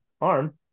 arm